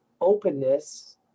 openness